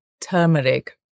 turmeric